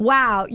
Wow